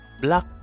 black